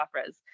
operas